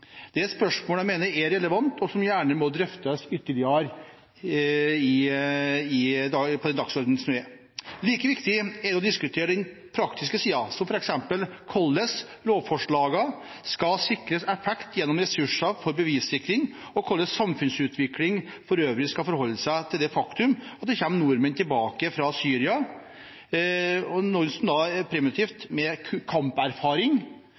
Det er et spørsmål jeg mener er relevant, og som gjerne må drøftes ytterligere på dagsordenen. Like viktig er det å diskutere den praktiske siden, som f.eks. hvordan lovforslagene skal sikres effekt gjennom ressurser for bevissikring, og hvordan samfunnslivet for øvrig skal forholde seg til det faktum at det kommer nordmenn tilbake fra Syria, noen av dem presumptivt med kamperfaring,